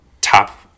top